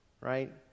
right